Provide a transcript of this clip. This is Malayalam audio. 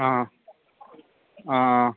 ആ ആ